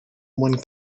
one